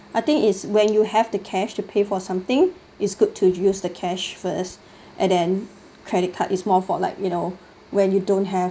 I think is when you have the cash to pay for something is good to use the cash first and then credit card is more for like you know when you don't have